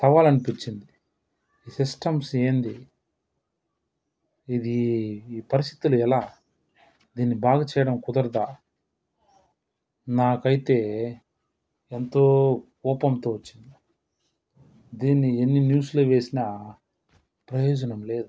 సవాలు అనిపించింది ఈ సిస్టమ్స్ ఏంటి ఇది ఈ పరిస్థితులు ఎలా దీన్ని బాగు చేయడం కుదరదా నాకైతే ఎంతో కోపంతో వచ్చింది దీన్ని ఎన్ని న్యూస్లో వేసిన ప్రయోజనం లేదు